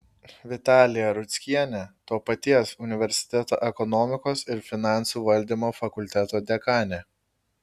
vitalija rudzkienė to paties universiteto ekonomikos ir finansų valdymo fakulteto dekanė